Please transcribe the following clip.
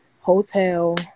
hotel